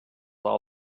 all